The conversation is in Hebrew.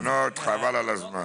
טענות, חבל על הזמן.